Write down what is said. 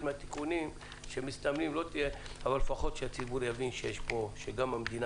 מהתיקונים שמסתמנים לא תהיה אבל לפחות שהציבור יבין שגם המדינה,